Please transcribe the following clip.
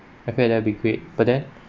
I feel that'll be great but then